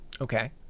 okay